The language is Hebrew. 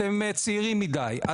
אתם צעירים מידי,